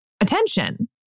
attention